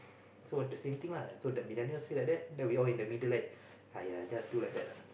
so the same thing lah so the millennial say like that then we all in the middle right !aiya! just do like that lah